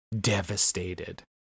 devastated